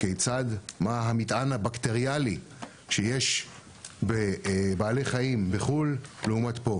מה המטען הבקטריאלי שיש בבעלי חיים בחו"ל לעומת פה?